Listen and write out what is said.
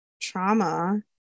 trauma